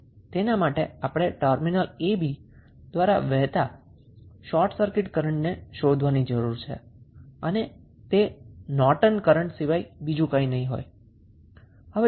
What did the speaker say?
તેના માટે આપણે ટર્મિનલ a b દ્વારા વહેતા શોર્ટ સર્કિટ કરન્ટને શોધવાની જરૂર છે અને તે નોર્ટનના કરન્ટ સિવાય બીજું કંઈ નહીં હોય